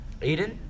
Aiden